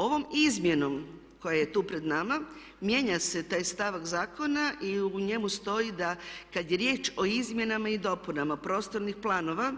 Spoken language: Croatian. Ovom izmjenom koja je tu pred nama mijenja se taj stavak zakona i u njemu stoji da kada je riječ o izmjenama i dopunama prostornih planova